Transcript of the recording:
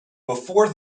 before